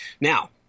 Now